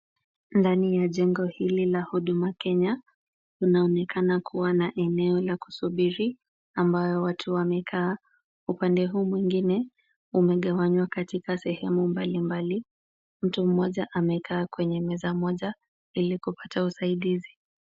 Ndani ya jengo hili la huduma Kenya kunaonekana kuwa na eneo la kusubiri ambayo watu wamekaa. Upande huu mwingine umegawanywa katika sehemu mbalimbali. Mtu mmoja amekaa kwenye meza moja ili kupata usaidizi.